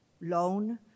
loan